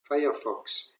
firefox